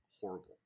horrible